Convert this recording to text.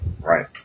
Right